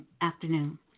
afternoon